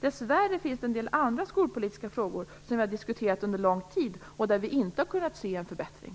Dess värre finns det en del andra skolpolitiska frågor som har diskuterats under lång tid där vi inte har kunnat se någon förbättring.